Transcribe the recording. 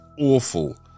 awful